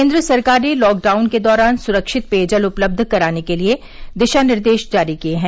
केंद्र सरकार ने लॉकडाउन के दौरान सुरक्षित पेयजल उपलब्ध कराने के लिए दिशा निर्देश जारी किए हैं